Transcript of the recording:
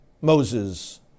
Moses